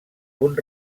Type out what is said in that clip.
punt